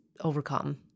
overcome